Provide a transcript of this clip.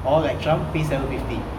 or like trump pay seven fifty